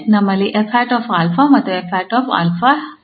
ನಮ್ಮಲ್ಲಿ 𝑓̂ 𝛼 ಮತ್ತು ̅𝑓̂̅ ̅̅𝛼̅̅ ಇದೆ